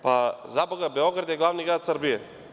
Pa, zaboga Beograd je glavni grad Srbije.